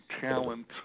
talent